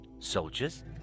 Soldiers